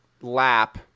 lap –